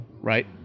right